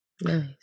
Nice